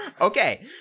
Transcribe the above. Okay